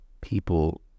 people